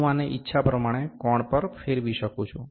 હું આને ઈચ્છા પ્રમાણે કોણ પર ફેરવી શકું છું